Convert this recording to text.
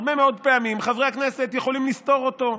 הרבה מאוד פעמים חברי כנסת יכולים לסתור אותו,